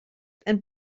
and